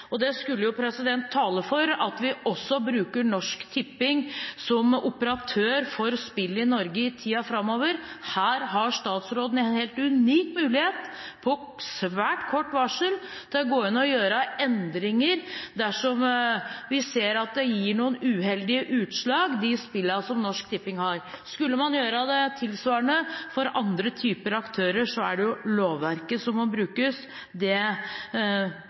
Det skulle tale for at vi også bruker Norsk Tipping som operatør for spill i Norge i tiden framover. Her har statsråden en helt unik mulighet – på svært kort varsel – til å gå inn og gjøre endringer dersom vi ser at de spillene som Norsk Tipping har, gir noen uheldige utslag. Skulle man gjøre det tilsvarende for andre typer aktører, er det lovverket som må brukes. Det